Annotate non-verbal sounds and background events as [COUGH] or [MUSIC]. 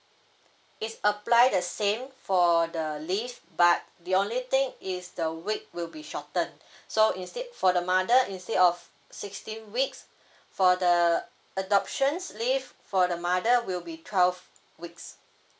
it's apply the same for the leave but the only thing is the week will be shortened [BREATH] so instead for the mother instead of sixteen weeks for the adoptions leave for the mother will be twelve weeks